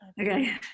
Okay